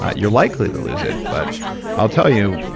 you're likely to lose it. but i'll tell you.